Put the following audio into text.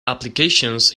applications